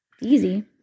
Easy